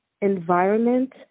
environment